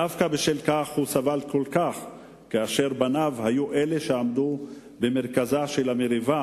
דווקא בשל כך הוא סבל כל כך כאשר בניו היו אלה שעמדו במרכזה של המריבה